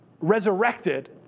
resurrected